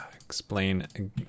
explain